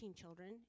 children